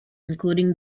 including